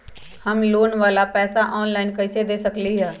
हम लोन वाला पैसा ऑनलाइन कईसे दे सकेलि ह?